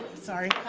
sorry.